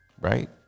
right